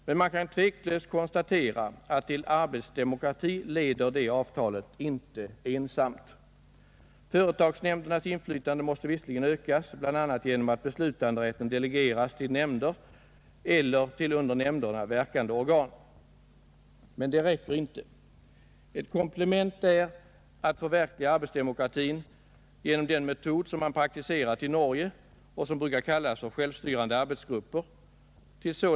Men det kan tveklöst konstateras att till arbetsdemokrati leder det avtalet inte ensamt. Företagsnämndernas inflytande måste ökas bl.a. genom att beslutanderätt delegeras till nämnder eller till under nämnderna verkande organ. Men detta räcker inte. Ett komplement för att förverkliga arbetsdemokratin är att tillämpa den metod som praktiseras i Norge och som brukar kallas självstyrande arbetsgrupper.